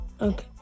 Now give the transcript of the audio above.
Okay